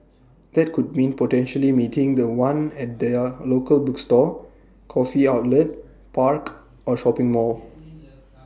that could mean potentially meeting The One at their local bookstore coffee outlet park or shopping mall